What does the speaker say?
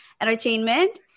entertainment